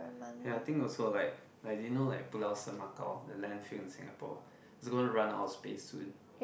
ya I think also like like do you know like Pulau Semakau the landfill in Singapore is gonna run out of space soon